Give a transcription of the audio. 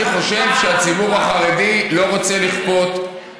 אני חושב שהציבור החרדי לא רוצה לכפות,